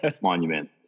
monument